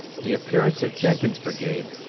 the appearance of jenkins' brigade,